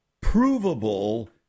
provable